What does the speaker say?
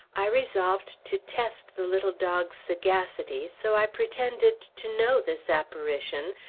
i resolved to test the little dog's sagacity, so i pretended to know this apparition,